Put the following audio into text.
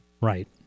Right